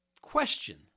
question